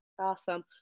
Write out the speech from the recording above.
awesome